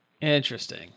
Interesting